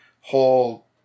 whole